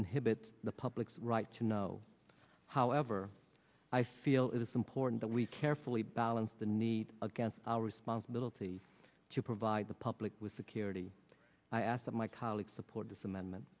inhibit the public's right to know however i feel it's important that we carefully balance the need against our responsibility to provide the public with security i asked my colleagues support this amendment